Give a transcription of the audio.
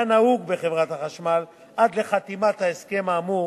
נהוג בחברת החשמל עד לחתימת ההסכם האמור